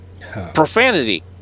Profanity